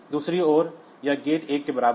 दूसरी ओर यह गेट 1 के बराबर है